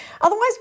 Otherwise